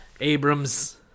Abrams